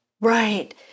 Right